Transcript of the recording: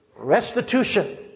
Restitution